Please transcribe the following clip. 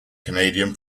canadian